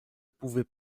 pouvais